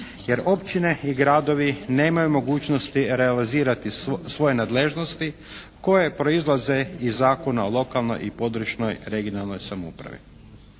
jer općine i gradovi nemaju mogućnosti realizirati svoje nadležnosti koje proizlaze iz Zakona o lokalnoj i područnoj regionalnoj samoupravi.